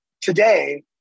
today